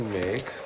make